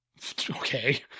Okay